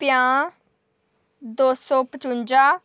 पं'ञा दो सौ पचुंजा